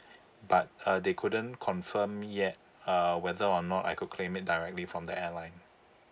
but uh they couldn't confirm yet uh whether or not I could claim it directly from the airline